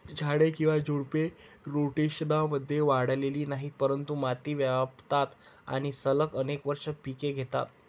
झाडे किंवा झुडपे, रोटेशनमध्ये वाढलेली नाहीत, परंतु माती व्यापतात आणि सलग अनेक वर्षे पिके घेतात